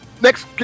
next